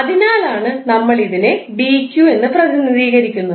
അതിനാലാണ് നമ്മൾ ഇതിനെ 𝑑𝑞 എന്ന് പ്രതിനിധീകരിക്കുന്നത്